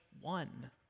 one